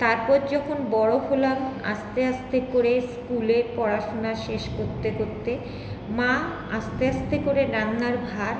তারপর যখন বড়ো হলাম আস্তে আস্তে করে স্কুলে পড়াশুনা শেষ করতে করতে মা আস্তে আস্তে করে রান্নার ভার